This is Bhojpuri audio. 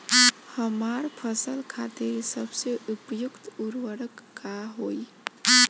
हमार फसल खातिर सबसे उपयुक्त उर्वरक का होई?